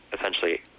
Essentially